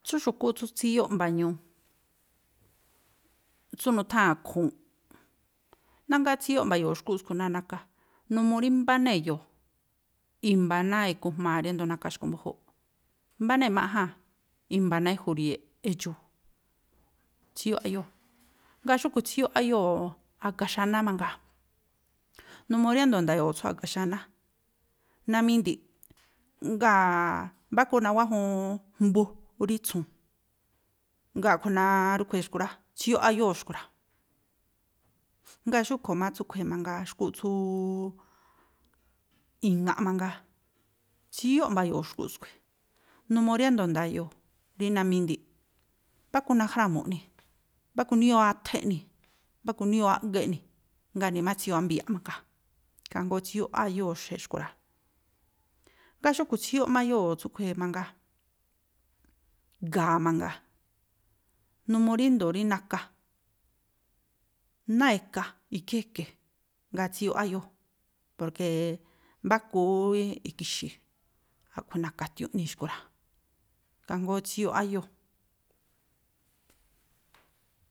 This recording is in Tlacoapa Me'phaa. Tsú xu̱kúꞌ tsú tsíyóꞌ mba̱ñu̱u, tsú nutháa̱n khu̱unꞌ. Nájngáá tsíyóꞌ mba̱yo̱o̱ xkúꞌ skui̱ náa̱ naka. Numuu rí mbá náa̱ e̱yo̱o̱, i̱mba̱ náa̱ ikojmaa̱ ríndo̱o rí naka xkui̱ mbu̱júúꞌ. Mbá náa̱ imáꞌjáa̱n, i̱mba̱ náá ijuri̱ye̱ꞌ edxu̱u̱. Tsíyóꞌ áyóo̱. Ngáa̱ xúꞌkhui̱ tsíyóꞌ áyóo̱ a̱ga xaná mangaa. Numuu riándo̱ nda̱yo̱o̱ tsú a̱ga xaná, namindi̱ꞌ, ngáa̱a̱a̱ mbáku nawájuuuun jmbu rí tsu̱wu̱u̱n, ngáa̱ a̱ꞌkhui̱ n ríꞌkhui̱ xkui̱ rá, tsíyóꞌ áyóo̱ xkui̱ rá. Ngáa̱ xúꞌkhui̱ má tsúꞌkhui̱ mangaa, xkúꞌ tsúúú i̱ŋa̱ꞌ mangaa, tsíyóꞌ mba̱yo̱o̱ xkúꞌ skui̱. Numuu riándo̱o nda̱yo̱o̱ rí namindi̱ꞌ, mbáku najrámu̱ꞌ eꞌnii̱, mbáku jníyoo áthá eꞌnii̱, mbáku jníyoo áꞌgá eꞌnii̱, ngáa̱ nimá tsíyoo ámbi̱ya̱ꞌ mangaa. Ikhaa jngóó tsíyóꞌ áyóo̱ xe xkui̱ rá. Ngáa̱ xúꞌkhui̱ tsíyóꞌ má áyóo̱ tsúꞌkhui̱ mangaa, ga̱a mangaa, numuu ríndo̱o rí naka, náa̱ eka, ikhí e̱ke̱, ngáa̱ tsíyóꞌ áyóo̱, porke mbáku ú iki̱xi̱i̱, a̱ꞌkhui̱ na̱ka̱ a̱tiu̱nꞌ eꞌnii̱ xkui̱ rá. Ikhaa jngóó tsíyóꞌ áyóo̱.